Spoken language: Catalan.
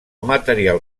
material